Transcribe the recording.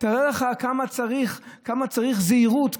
תאר לך כמה זהירות צריך.